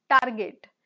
target